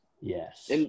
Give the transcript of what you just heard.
Yes